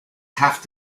have